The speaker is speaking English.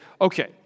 okay